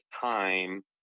time